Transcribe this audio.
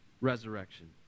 resurrection